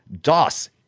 DOS